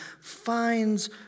finds